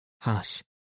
Hush